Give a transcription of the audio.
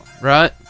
right